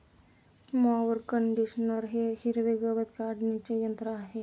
mower conditioner हे हिरवे गवत काढणीचे यंत्र आहे